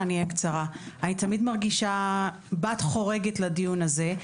אני תמיד מרגישה בת חורגת לדיון הזה.